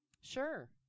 sure